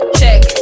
check